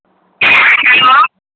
हँ